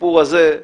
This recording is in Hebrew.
הסיפור הזה,